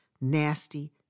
nasty